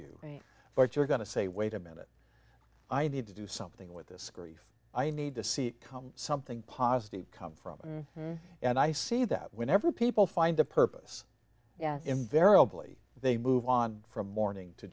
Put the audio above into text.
you but you're going to say wait a minute i've had to do something with this grief i need to see it come something positive come from and i see that whenever people find a purpose yes invariably they move on from morning to